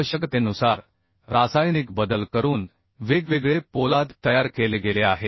आवश्यकतेनुसार रासायनिक बदल करून वेगवेगळे पोलाद तयार केले गेले आहेत